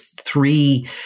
three